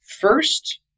first